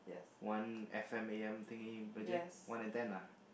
one F_M a_m thingy one antenna